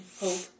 hope